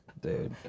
Dude